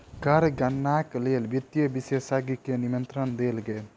कर गणनाक लेल वित्तीय विशेषज्ञ के निमंत्रण देल गेल